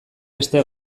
beste